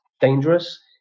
dangerous